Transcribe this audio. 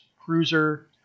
cruiser